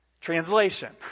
Translation